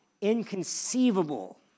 inconceivable